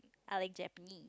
I like Japanese